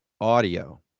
audio